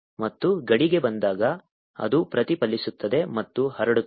ಮತ್ತು ಗಡಿಗೆ ಬಂದಾಗ ಅದು ಪ್ರತಿಫಲಿಸುತ್ತದೆ ಮತ್ತು ಹರಡುತ್ತದೆ